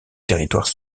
territoire